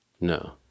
No